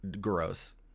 gross